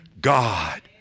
God